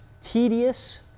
tedious